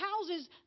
houses